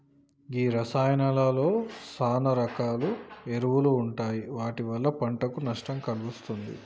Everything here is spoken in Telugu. గీ రసాయానాలలో సాన రకాల ఎరువులు ఉంటాయి వాటి వల్ల పంటకు నష్టం కలిగిస్తుంది